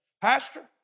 Pastor